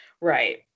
Right